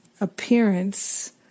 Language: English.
appearance